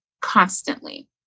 constantly